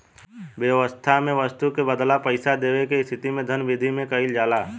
बेवस्था में बस्तु के बदला पईसा देवे के स्थिति में धन बिधि में कइल जाला